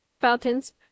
fountains